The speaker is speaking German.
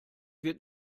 wird